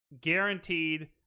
Guaranteed